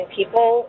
people